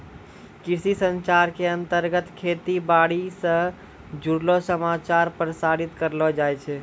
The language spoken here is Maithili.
कृषि संचार के अंतर्गत खेती बाड़ी स जुड़लो समाचार प्रसारित करलो जाय छै